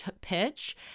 pitch